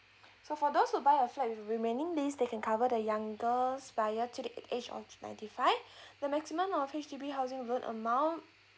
so for those who buy a flat with remaining list they can cover the youngers buyer to the a~ age of ninety five the maximum of H_D_B housing loan amount